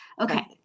Okay